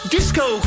Disco